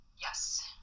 Yes